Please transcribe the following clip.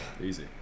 easy